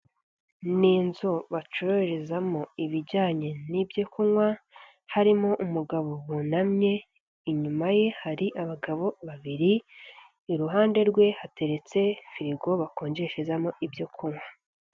Ni inzu bacururizama ibijyanye n'ibyo kunywa harimo umugabo wunamye, inyuma ye hari abagabo babiri iruhande rwe hateretse firigo bakonjesherezamo ibyo kunywa.